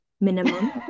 minimum